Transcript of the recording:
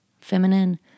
Feminine